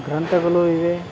ಗ್ರಂಥಗಳು ಇವೆ